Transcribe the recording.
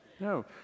No